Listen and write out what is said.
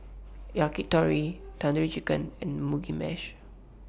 Yakitori Tandoori Chicken and Mugi Meshi